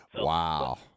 Wow